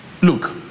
Look